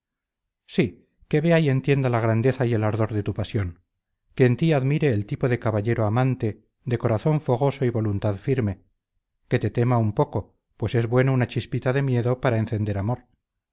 sí que vea y entienda la grandeza y el ardor de tu pasión que en ti admire el tipo del caballero amante de corazón fogoso y voluntad firme que te tema un poco pues es bueno una chispita de miedo para encender amor